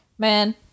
Man